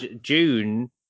June